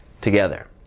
together